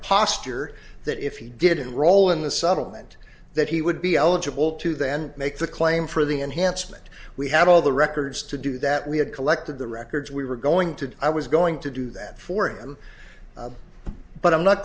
posture that if he didn't roll in the settlement that he would be eligible to then make the claim for the enhancement we had all the records to do that we had collected the records we were going to i was going to do that for him but i'm not